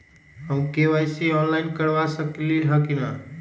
हम KYC online करवा सकली ह कि न?